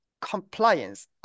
Compliance